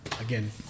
again